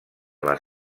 les